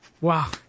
Wow